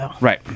Right